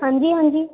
ਹਾਂਜੀ ਹਾਂਜੀ